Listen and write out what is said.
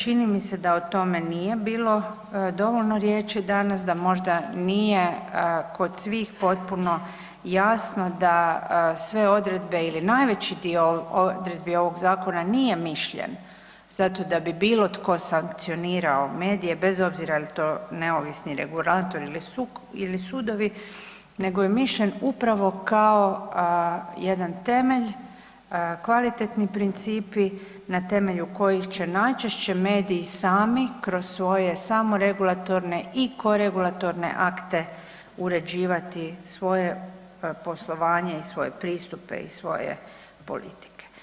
Čini mi se da o tome nije bilo dovoljno riječi danas, da možda nije kod svih potpuno jasno da sve odredbe ili najveći dio odredbi ovoga zakona nije mišljen zato da bi bilo tko sankcionirao medije bez obzira jel' to neovisni regulator ili sudovi, nego je mišljen upravo kao jedan temelj, kvalitetni principi na temelju kojih će najčešće mediji sami kroz svoje samoregulatorne i koregulatorne akte uređivati svoje poslovanje, i svoje pristupe i svoje politike.